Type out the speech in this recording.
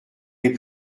les